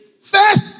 First